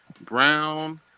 brown